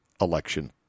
election